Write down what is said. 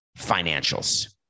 financials